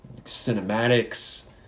cinematics